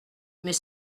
mais